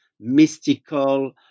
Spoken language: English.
mystical